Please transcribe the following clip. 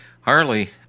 Harley